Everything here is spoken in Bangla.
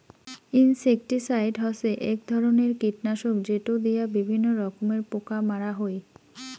ইনসেক্টিসাইড হসে এক ধরণের কীটনাশক যেটো দিয়া বিভিন্ন রকমের পোকা মারা হই